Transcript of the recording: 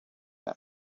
them